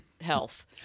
health